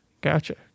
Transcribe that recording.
Gotcha